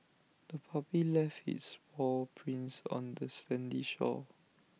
the puppy left its paw prints on the sandy shore